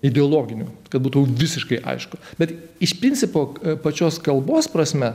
ideologinių kad būtų visiškai aišku bet iš principo pačios kalbos prasme